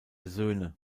söhne